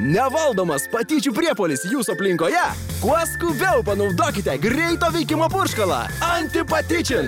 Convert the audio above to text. nevaldomas patyčių priepuolis jūsų aplinkoje kuo skubiau panaudokite greito veikimo purškalą anti patyčiai